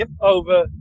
over